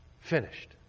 finished